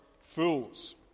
fools